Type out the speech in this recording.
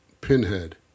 Pinhead